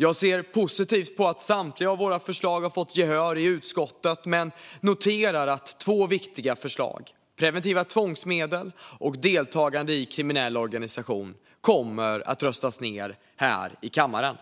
Jag ser positivt på att samtliga våra förslag har fått gehör i utskottet men noterar att två viktiga förslag, preventiva tvångsmedel och förbud mot deltagande i en kriminell organisation, kommer att röstas ned i kammaren.